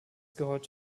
gehört